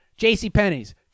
JCPenney's